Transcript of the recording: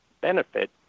benefit